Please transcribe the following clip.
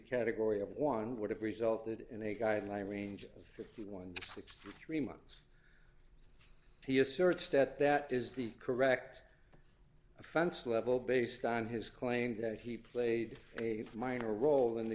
category of one would have resulted in a guideline range of fifty one to three months he asserts that that is the correct offense level based on his claim that he played a minor role in the